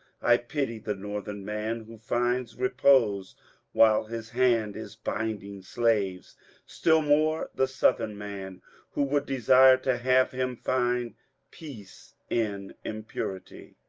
i pity the northern man who finds repose while his hand is binding slaves still more the southern man who would desire to have him find peace in impurity.